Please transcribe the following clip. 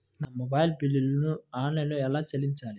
నా మొబైల్ బిల్లును ఆన్లైన్లో ఎలా చెల్లించాలి?